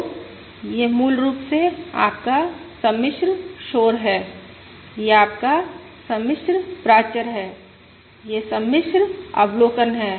तो यह मूल रूप से आपका सम्मिश्र शोर है यह आपका सम्मिश्र प्राचर है यह सम्मिश्र अवलोकन है